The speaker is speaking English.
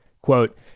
Quote